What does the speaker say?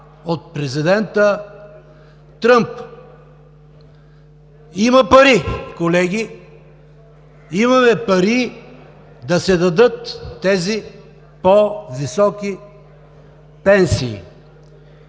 от президента Тръмп. Има пари, колеги. Имаме пари да се дадат тези по-високи пенсии.